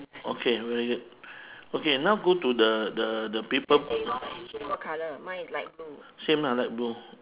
okay very good okay now go to the the the people same ah light blue